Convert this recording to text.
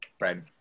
right